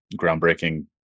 groundbreaking